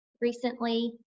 recently